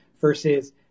versus